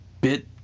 bit